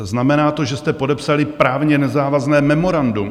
Znamená to, že jste podepsali právně nezávazné memorandum.